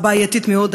הבעייתית מאוד,